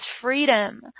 freedom